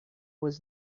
was